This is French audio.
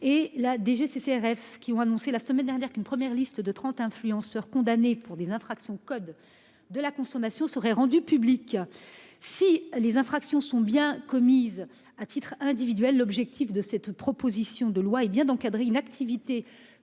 La DGCCRF a annoncé la semaine dernière qu'une première liste de trente influenceurs condamnés pour des infractions au code de la consommation serait rendue publique. Si les infractions sont bien commises à titre individuel, l'objectif de cette proposition de loi est d'encadrer une activité